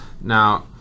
Now